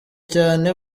cyane